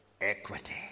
equity